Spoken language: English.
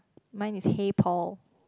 mine is hey Paul